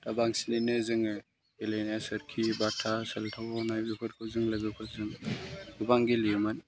बांसिनैनो जोङो गेलेनाया सोरखि बाथा सेल्थाव गावनाय बेफोरखौ जोङो लोगोफोरजों गोबां गेलेयोमोन